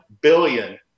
billion